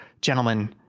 gentlemen